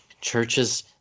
churches